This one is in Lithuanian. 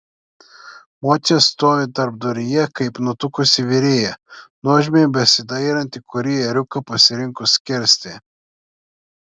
močia stovi tarpduryje kaip nutuksi virėja nuožmiai besidairanti kurį ėriuką pasirinkus skersti